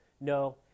No